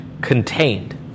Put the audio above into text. contained